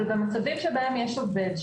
אבל במצבים שבהם יש עובד,